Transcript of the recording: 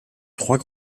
trois